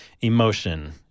emotion